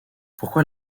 pourquoi